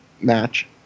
match